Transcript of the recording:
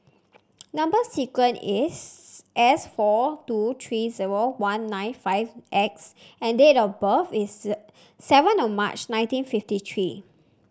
number sequence is S four two three zero one nine five X and date of birth is seven O March nineteen fifty three